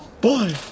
boy